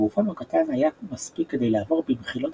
- אשר גופם היה קטן מספיק כדי לעבור במחילות